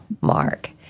mark